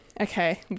okay